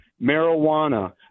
marijuana